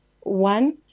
one